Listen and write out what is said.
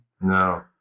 No